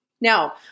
Now